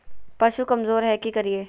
पशु कमज़ोर है कि करिये?